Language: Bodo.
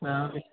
दा